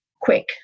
quick